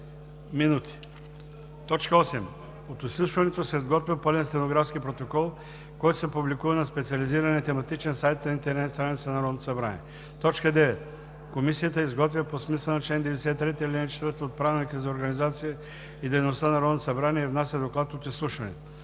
минути. 8. От изслушването се изготвя пълен стенографски протокол, който се публикува на специализирания тематичен сайт на интернет страницата на Народното събрание. 9. Комисията изготвя по смисъла на чл. 93, ал. 4 от Правилника за организацията и дейността на Народното събрание и внася доклад от изслушването.